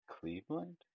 Cleveland